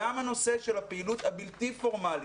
גם הנושא של הפעילות הבלתי פורמלית.